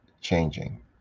changing